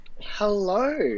Hello